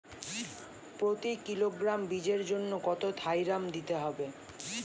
প্রতি কিলোগ্রাম বীজের জন্য কত থাইরাম দিতে হবে?